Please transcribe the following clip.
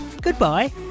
goodbye